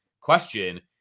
question